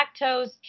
lactose